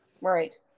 right